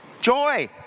joy